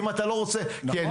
אני יודע שרשות